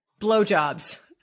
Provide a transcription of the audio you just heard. blowjobs